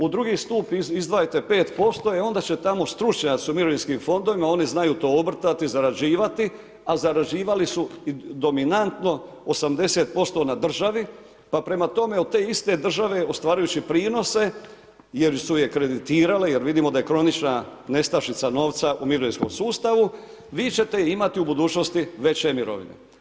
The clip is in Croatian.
U drugi stup izdvajajte 5%, e onda će tamo stručnjaci u mirovinskim fondovima, oni znaju to obrtati, zarađivati, a zarađivali su dominantno 80% na državi, pa prema tom, od te iste države ostvarujući prinose jer su je kreditirali jer vidimo da je kronična nestašica novca u mirovinskom sustavu, vi ćete imati u budućnosti veće mirovine.